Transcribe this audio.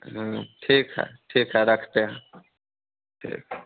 ठीक है ठीक है रखते हैं ठीक है